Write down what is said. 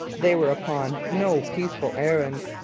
they were upon no peaceful errand.